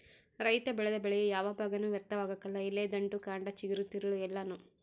ರೈತ ಬೆಳೆದ ಬೆಳೆಯ ಯಾವ ಭಾಗನೂ ವ್ಯರ್ಥವಾಗಕಲ್ಲ ಎಲೆ ದಂಟು ಕಂಡ ಚಿಗುರು ತಿರುಳು ಎಲ್ಲಾನೂ